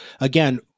again